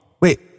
Wait